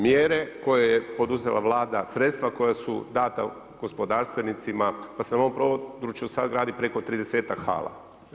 Mjere koje je poduzela Vlada, sredstva koja su data gospodarstvenicima, pa se na tom području sada gradi preko 30-tak hala.